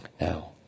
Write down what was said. Now